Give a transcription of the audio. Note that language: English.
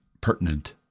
pertinent